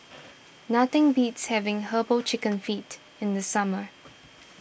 nothing beats having Herbal Chicken Feet in the summer